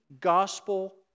gospel